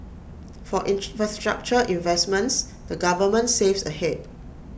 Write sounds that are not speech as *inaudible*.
for *unintelligible* investments the government saves ahead